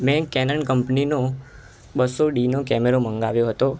મેં કેનન કંપનીનો બસો ડી નો કેમેરો મંગાવ્યો હતો